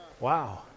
Wow